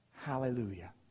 Hallelujah